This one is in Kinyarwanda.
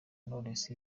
knowless